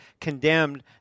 condemned